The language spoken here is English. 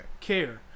care